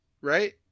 right